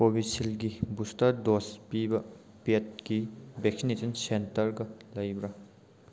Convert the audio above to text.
ꯀꯣꯕꯤꯁꯤꯜꯒꯤ booster dose ꯄꯤꯕ ꯄꯦꯠꯀꯤ ꯕꯦꯛꯁꯤꯅꯦꯁꯟ ꯁꯦꯟꯇꯔꯒ ꯂꯩꯕ꯭ꯔꯥ